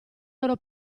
loro